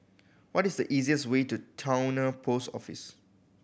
what is the easiest way to Towner Post Office